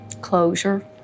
closure